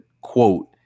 quote